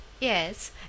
Yes